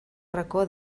racó